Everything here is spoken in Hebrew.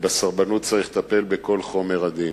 ובסרבנות צריך לטפל בכל חומר הדין.